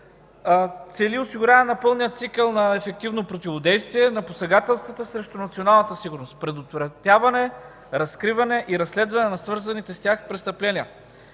цели осигуряване на пълния цикъл на ефективно противодействие на посегателствата срещу националната сигурност – предотвратяване, разкриване и разследване на свързаните с тях престъпления.